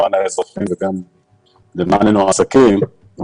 למען האזרחים וגם למעננו העסקים.